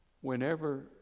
Whenever